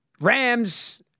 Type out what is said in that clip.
Rams